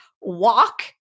walk